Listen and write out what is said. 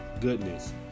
goodness